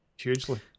hugely